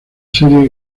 serie